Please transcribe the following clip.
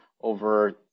over